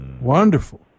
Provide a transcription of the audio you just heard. wonderful